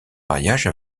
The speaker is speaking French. mariage